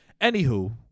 anywho